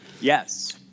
Yes